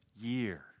year